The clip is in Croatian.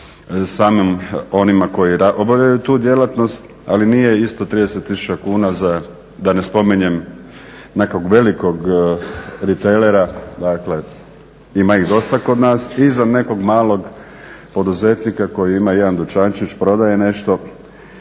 samim onima koji obavljaju tu djelatnost ali nije isto 30 tisuća kuna, da ne spominjem nekog velikog … dakle ima ih dosta kod nas i za nekog malog poduzetnika koji ima jedan dućančić i prodaje nešto